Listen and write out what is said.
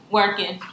working